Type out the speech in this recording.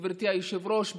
גברתי היושבת-ראש,